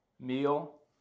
meal